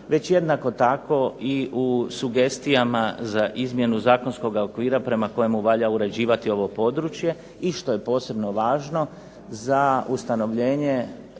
već jednako tako i u sugestijama za izmjenu zakonskog okvira prema kojemu valja uređivati ovo područje i što je posebno važno za ustanovljenje